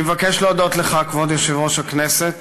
אני מבקש להודות לך, כבוד יושב-ראש הכנסת,